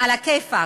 עלא כיפאק.